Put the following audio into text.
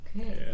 Okay